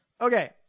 okay